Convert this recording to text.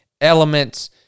elements